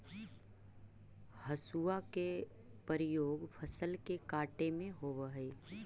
हसुआ के प्रयोग फसल के काटे में होवऽ हई